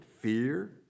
fear